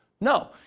No